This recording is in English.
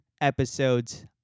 episodes